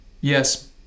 Yes